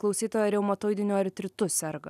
klausytoja reumatoidiniu artritu serga